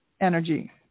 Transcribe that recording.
energy